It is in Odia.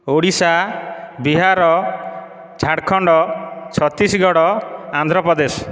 ଓଡ଼ିଶା ବିହାର ଝାଡ଼ଖଣ୍ଡ ଛତିଶିଗଡ଼ ଆନ୍ଧ୍ରପ୍ରଦେଶ